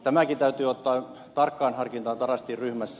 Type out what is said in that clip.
tämäkin täytyy ottaa tarkkaan harkintaan tarastin ryhmässä